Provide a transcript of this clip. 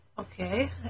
Okay